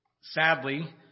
Sadly